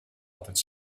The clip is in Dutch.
altijd